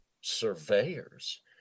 surveyors